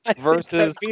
versus